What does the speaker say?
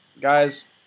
Guys